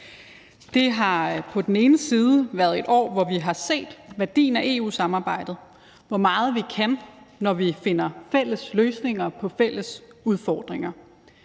ene side været et år, hvor vi har set værdien af EU-samarbejdet – hvor meget vi kan, når vi finder fælles løsninger på fælles udfordringer.